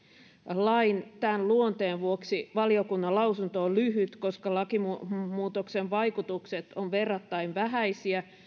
lain luonteen vuoksi valiokunnan lausunto on lyhyt koska lakimuutoksen vaikutukset ovat verrattain vähäisiä